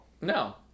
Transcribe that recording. No